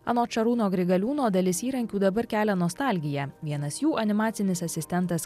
anot šarūno grigaliūno dalis įrankių dabar kelia nostalgiją vienas jų animacinis asistentas